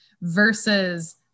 versus